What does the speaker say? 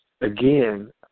again